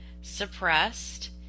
suppressed